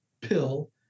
pill